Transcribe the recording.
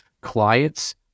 clients